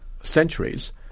centuries